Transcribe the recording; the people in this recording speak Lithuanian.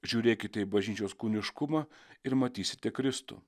žiūrėkite į bažnyčios kūniškumą ir matysite kristų